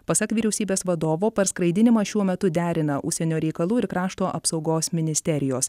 pasak vyriausybės vadovo parskraidinimą šiuo metu derina užsienio reikalų ir krašto apsaugos ministerijos